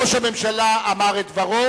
ראש הממשלה אמר את דברו,